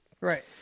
Right